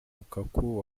lukaku